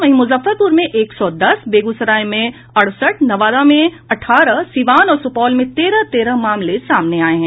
वहीं मुजफ्फरपुर में एक सौ दस बेगूसराय में अड़सठ नवादा में अठारह सीवान और सुपौल में तेरह तेरह मामले सामने आये हैं